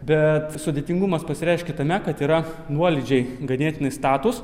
bet sudėtingumas pasireiškia tame kad yra nuolydžiai ganėtinai statūs